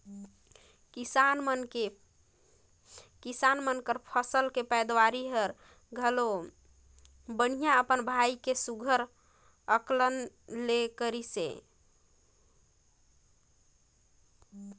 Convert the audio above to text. किसान मन के फसल के पैदावरी हर घलो बड़िहा अपन भाई के सुग्घर अकन ले करिसे